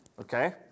okay